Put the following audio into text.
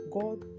God